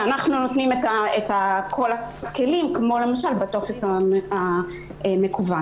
ואנחנו נותנים את כל הכלים כמו הטופס המקוון,